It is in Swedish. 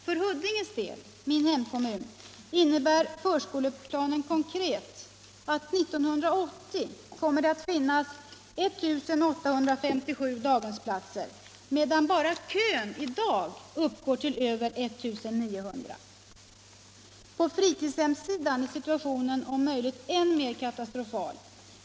För Huddinges del - min hemkommun -— innebär förskoleplanen att antalet daghemsplatser år 1980 är 1857 medan enbart kön i dag uppgår till över 1900. På fritidshemssidan är situationen om möjligt ännu mer katastrofal.